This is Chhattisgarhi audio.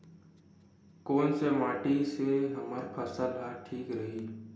कोन से माटी से हमर फसल ह ठीक रही?